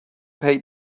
pay